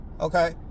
okay